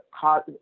cause